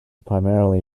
primarily